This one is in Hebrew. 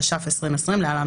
התש"ף 2020 (להלן,